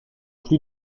plus